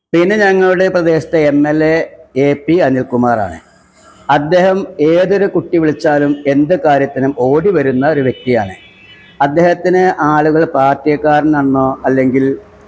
പിന്നെ ഞങ്ങളുടെ പ്രദേശത്തെ M L A A P അനില്കുമാറാണ് അദ്ദേഹം ഏതൊരു കുട്ടി വിളിച്ചാലും എന്തു കാര്യത്തിനും ഓടി വരുന്ന ഒരു വ്യക്തിയാണ് അദ്ദേഹത്തിന് ആളുകള് പാർട്ടിക്കാരനെന്നോ അല്ലെങ്കില്